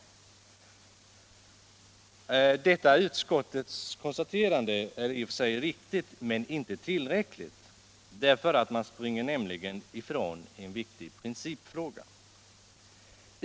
Detta utskottets konstaterande är i och för sig riktigt, men inte tillräckligt; man springer nämligen ifrån en viktig principfråga.